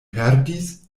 perdis